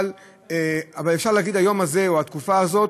אבל אפשר להגיד שהיום הזה או בתקופה הזאת,